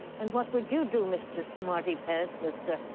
and what would you do, mr. smarty-pants? mr.